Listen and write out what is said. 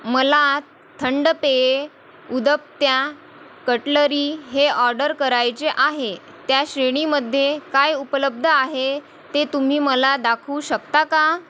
मला थंड पेये उदबत्या कटलरी हे ऑर्डर करायचे आहे त्या श्रेणीमध्ये काय उपलब्ध आहे ते तुम्ही मला दाखवू शकता का